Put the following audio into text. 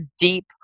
deep